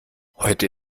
heute